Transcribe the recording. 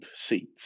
seats